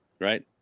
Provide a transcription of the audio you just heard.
right